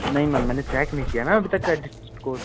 नहीं मैम मैंने चेक नहीं किया न अभी तक क्रैडिट इस्कोर